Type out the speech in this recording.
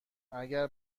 اگر